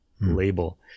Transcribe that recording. label